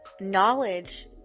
knowledge